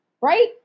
Right